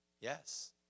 Yes